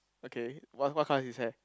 ok what what colour is his hair